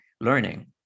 learning